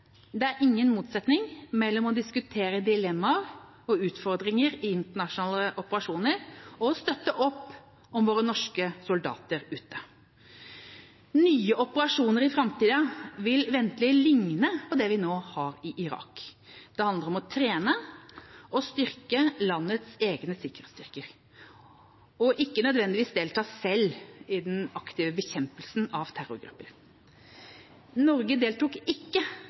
Det er ingen motsetning mellom å diskutere dilemmaer og utfordringer i internasjonale operasjoner og å støtte opp om våre norske soldater ute. Nye operasjoner i framtida vil ventelig ligne på det vi nå har i Irak. Det handler om å trene og styrke landets egne sikkerhetsstyrker, og ikke nødvendigvis delta selv i den aktive bekjempelsen av terrorgrupper. Norge deltok ikke